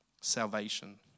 Salvation